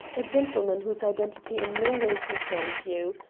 a gentleman whose identity in no way concerns you.